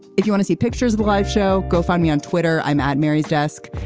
if you wanna see pictures of the live show go find me on twitter i'm at mary's desk.